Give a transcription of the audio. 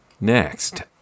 next